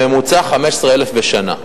בממוצע 15,000 בשנה,